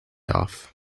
off